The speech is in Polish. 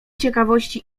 ciekawości